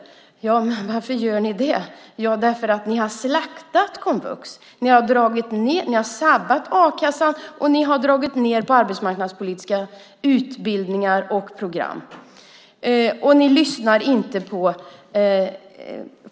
Varför gör ni det? Jo, därför att ni har slaktat komvux. Ni har sabbat a-kassan, och ni har dragit ned på arbetsmarknadspolitiska utbildningar och program.